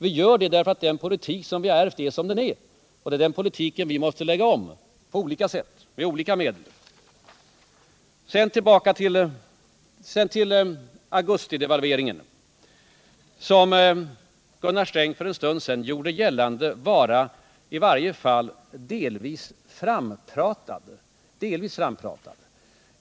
Vi gör det därför att den politik som vi ärvt är som den är. Det är den politiken vi måste lägga om på olika sätt och med olika medel. Sedan till augustidevalveringen, som Gunnar Sträng för en stund sedan gjorde gällande var, i varje fall delvis, ”frampratad”.